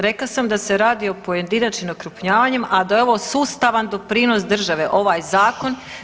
Rekla sam da se radi o pojedinačnim okrupnjavanjima, a da je ovo sustavan doprinos države ovaj zakon.